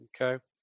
Okay